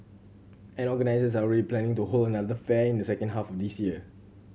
and organisers are already planning to hold another fair in the second half of this year